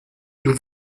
nous